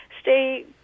stay